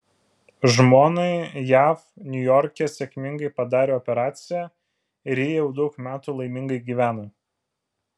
žmonai jav niujorke sėkmingai padarė operaciją ir ji jau daug metų laimingai gyvena